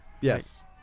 Yes